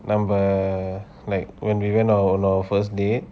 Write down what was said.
நம்ம:namba like when we went our on our first date